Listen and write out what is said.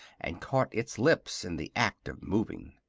and caught its lips in the act of moving.